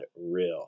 real